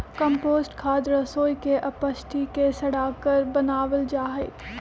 compost खाद रसोई के अपशिष्ट के सड़ाकर बनावल जा हई